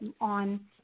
on